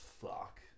Fuck